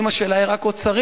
אם השאלה היא רק אוצרית,